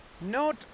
Note